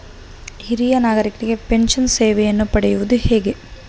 ಹಿರಿಯ ನಾಗರಿಕರಿಗೆ ಪೆನ್ಷನ್ ಸೇವೆಯನ್ನು ಪಡೆಯುವುದು ಹೇಗೆ?